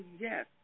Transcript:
yes